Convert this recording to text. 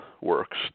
works